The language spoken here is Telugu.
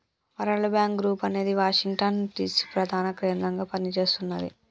వరల్డ్ బ్యాంక్ గ్రూప్ అనేది వాషింగ్టన్ డిసి ప్రధాన కేంద్రంగా పనిచేస్తున్నది